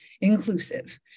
inclusive